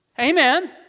Amen